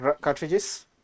cartridges